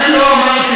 אני לא אמרתי,